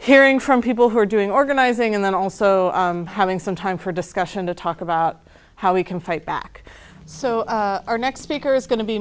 hearing from people who are doing organizing and then also having some time for discussion to talk about how we can fight back so our next speaker is going to be